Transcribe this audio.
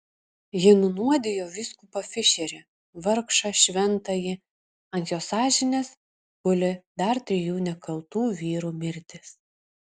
ji nunuodijo vyskupą fišerį vargšą šventąjį ant jos sąžinės guli dar trijų nekaltų vyrų mirtys